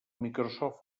microsoft